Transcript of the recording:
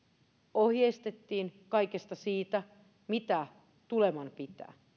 ohjeistettiin kaikesta siitä mitä tuleman pitää